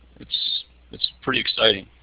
it's it's pretty exciting.